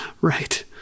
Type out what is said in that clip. Right